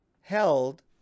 held